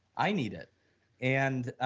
i need it and,